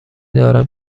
دارم